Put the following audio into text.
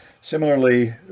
Similarly